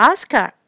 Oscar